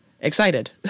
excited